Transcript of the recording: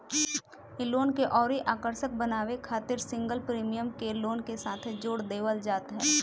इ लोन के अउरी आकर्षक बनावे खातिर सिंगल प्रीमियम के लोन के साथे जोड़ देहल जात ह